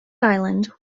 island